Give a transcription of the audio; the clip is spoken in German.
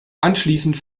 anschließend